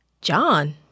John